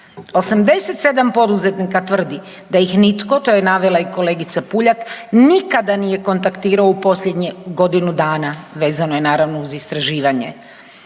87 poduzetnika tvrdi da ih nitko, to je navela i kolegica Puljak nikada nije kontaktirao u posljednje godinu dana vezano je naravno uz istraživanje